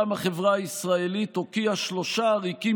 פעם "החברה הישראלית הוקיעה שלושה עריקים